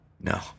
No